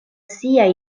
siaj